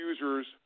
users